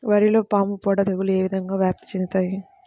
వరిలో పాముపొడ తెగులు ఏ విధంగా వ్యాప్తి చెందుతాయి?